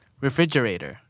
Refrigerator